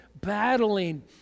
battling